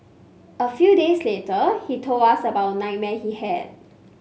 a few days later he told us about nightmare he had